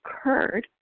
occurred